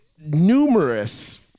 numerous